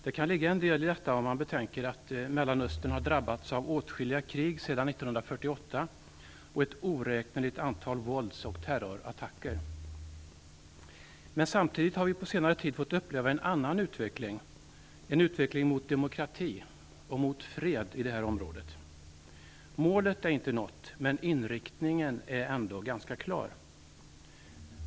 Det kan ligga en del i detta om man betänker att Mellanöstern har drabbats av åtskilliga krig sedan 1948 och ett oräkneligt antal vålds och terrorattacker. Men samtidigt har vi under senare tid fått uppleva en annan utveckling, en utveckling mot demokrati och fred. Målet är inte nått, men inriktningen är ändå ganska klar.